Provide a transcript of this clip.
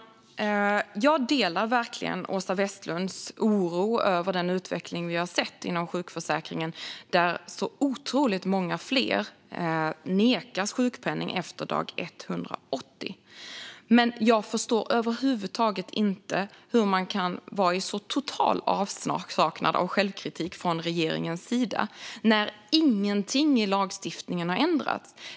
Fru talman! Jag delar verkligen Åsa Westlunds oro över den utveckling vi sett inom sjukförsäkringen - att så otroligt många fler nekas sjukpenning efter dag 180. Men jag förstår över huvud taget inte hur man kan vara i så total avsaknad av självkritik från regeringens sida när ingenting i lagstiftningen har ändrats.